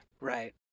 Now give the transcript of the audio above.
right